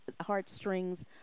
heartstrings